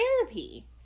therapy